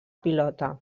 pilota